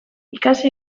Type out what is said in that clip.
ikasi